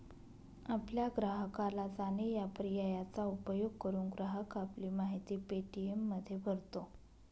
आपल्या ग्राहकाला जाणे या पर्यायाचा उपयोग करून, ग्राहक आपली माहिती पे.टी.एममध्ये भरतो